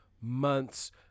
months